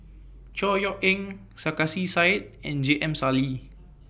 Chor Yeok Eng Sarkasi Said and J M Sali